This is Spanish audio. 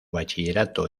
bachillerato